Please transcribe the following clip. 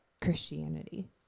Christianity